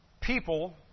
people